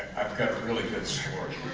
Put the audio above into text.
i've got a really good story.